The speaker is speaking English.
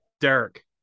Derek